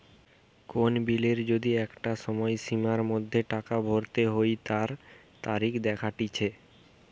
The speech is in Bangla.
কোন বিলের যদি একটা সময়সীমার মধ্যে টাকা ভরতে হই তার তারিখ দেখাটিচ্ছে